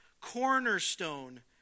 cornerstone